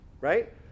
Right